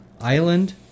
Island